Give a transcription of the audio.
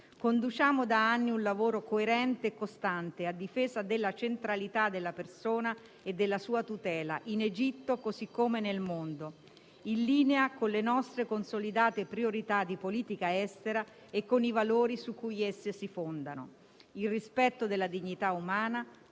Conduciamo da anni un lavoro coerente e costante a difesa della centralità della persona e della sua tutela, in Egitto così come nel mondo, in linea con le nostre consolidate priorità di politica estera e con i valori su cui esse si fondano: il rispetto della dignità umana,